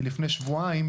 מלפני שבועיים,